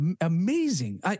Amazing